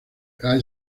the